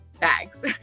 bags